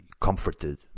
comforted